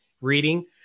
reading